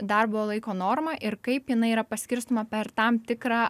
darbo laiko norma ir kaip jinai yra paskirstoma per tam tikrą